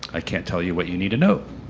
i can't tell you what you need to know.